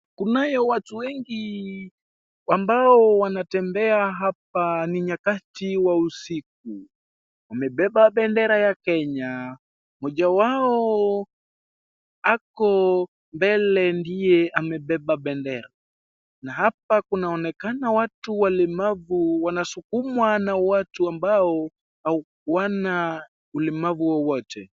Kunayo watu wengi ambao wanatembea hapa ni nyakati wa usiku. Wamebeba bendera ya Kenya. Mmoja wao ako mbele ndiye amebeba bendera. Na hapa kunaonekana watu walemavu wanasukumwa na watu ambao hawana ulemavu wowote.